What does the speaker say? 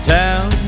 town